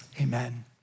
amen